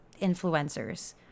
influencers